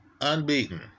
unbeaten